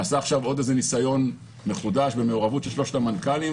נעשה עכשיו עוד ניסיון מחודש במעורבות של שלושת המנכ"לים,